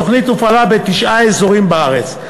התוכנית הופעלה בתשעה אזורים בארץ.